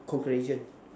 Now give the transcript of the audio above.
congratulation